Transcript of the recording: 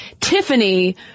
Tiffany